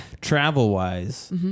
Travel-wise